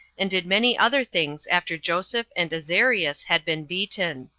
and did many other things after joseph and azarias had been beaten.